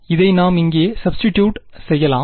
இதை நாம் இங்கே சப்ஸ்டிடுட் செய்யலாம்